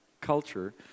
culture